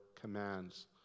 commands